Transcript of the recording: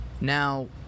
Now